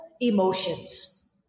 emotions